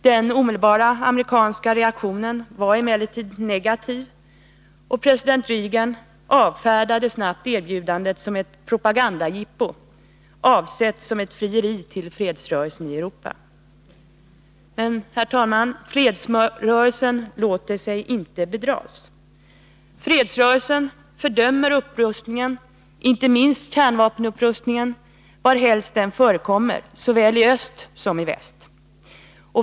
Den omedelbara amerikanska reaktionen var emellertid negativ, och president Reagan avfärdade snabbt erbjudandet som ett ”propagandajippo”, avsett som ett frieri till fredsrörelsen i Europa. Men, herr talman, fredsrörelsen låter sig inte bedras. Fredsrörelsen fördömer upprustningen — inte minst kärnvapenupprustningen — varhelst den förekommer såväl i öst som i väst.